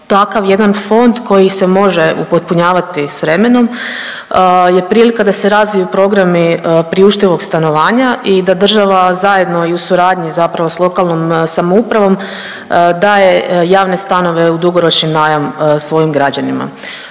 Takav jedan fond koji se može upotpunjavati s vremenom je prilika da se razvije program i priuštivog stanovanja i da država zajedno i u suradnji zapravo s lokalnom samoupravom daje javne stanove u dugoročni najam svojim građanima.